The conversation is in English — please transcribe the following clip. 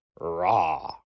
Raw